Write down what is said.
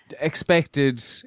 expected